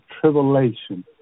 tribulation